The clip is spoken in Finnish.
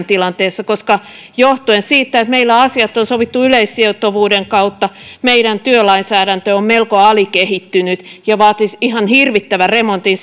tilanteessa koska johtuen siitä että meillä asiat on sovittu yleissitovuuden kautta meidän työlainsäädäntö on melko alikehittynyt ja vaatisi ihan hirvittävän remontin